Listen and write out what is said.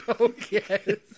Okay